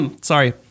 Sorry